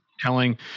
Telling